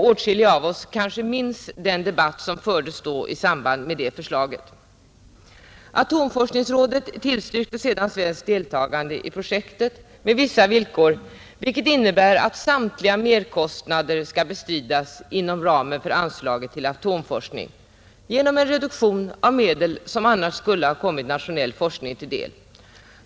Åtskilliga av oss kanske minns den debatt som fördes i samband med det förslaget. Atomforskningsrådet tillstyrkte sedan svenskt deltagande i projektet med vissa villkor vilket innebär att samtliga merkostnader skall bestridas inom ramen av anslaget till atomforskning genom en reduktion av medel som annars skulle ha kommit nationell forskning till del.